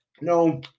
No